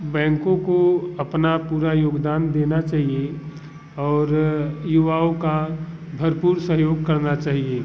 बैंकों को अपना पूरा योगदान देना चाहिए और युवाओं का भरपूर सहयोग करना चाहिए